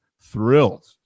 thrilled